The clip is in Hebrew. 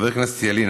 חבר הכנסת ילין,